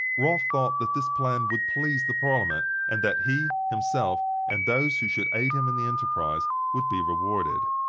rolf thought that this plan would please the parliament, and that he himself, and those who should aid him in the enterprise, would be rewarded.